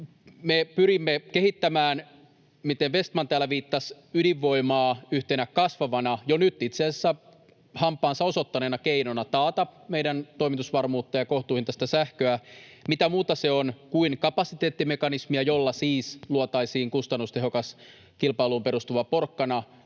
pyrimme kehittämään... Vestman täällä viittasi ydinvoimaan yhtenä kasvavana, jo nyt itse asiassa hampaansa osoittaneena, keinona taata meidän toimitusvarmuuttamme ja kohtuuhintaista sähköä. Mitä muuta se on kuin kapasiteettimekanismia, jolla siis luotaisiin kustannustehokas kilpailuun perustuva porkkana